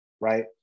right